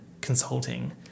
consulting